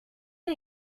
der